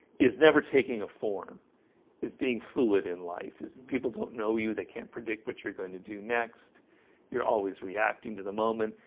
is never taking a form is being fluid in life is people don't know you they can't predict what you're going to do next you're always reacting to the moment,